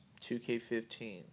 2K15